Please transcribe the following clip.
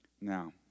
Now